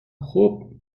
خوب